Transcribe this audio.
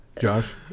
josh